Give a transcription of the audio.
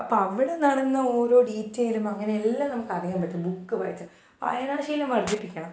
അപ്പോൾ അവിടെ നടന്ന ഒരോ ഡീറ്റെയിലും അങ്ങനെ എല്ലാം നമുക്ക് അറിയാൻ പറ്റും ബുക്ക് വായിച്ച വായനാശീലം വർദ്ധിപ്പിക്കണം